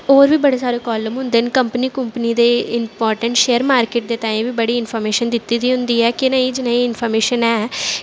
होर बी बड़े सारे कॉलम होंदे न कंपनी कुंपनी दे इम्पार्टेंट शेयर मार्किट दे तांहीं बी बड़ी इन्फर्मेशन दित्ती दी होंदी ऐ कनेही जनेही इन्फर्मेशन ऐ